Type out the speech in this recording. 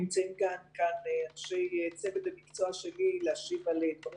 נמצאים כאן אנשי צוות המקצוע שלי להשיב על דברים